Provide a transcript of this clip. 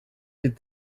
did